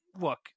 Look